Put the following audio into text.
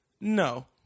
No